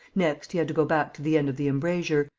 next, he had to go back to the end of the embrasure,